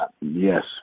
Yes